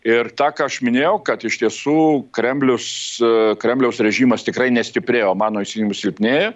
ir tą ką aš minėjau kad iš tiesų kremlius kremliaus režimas tikrai nestiprėja o mano įsitikinimu silpnėja